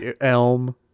elm